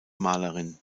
malerin